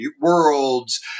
worlds